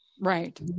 Right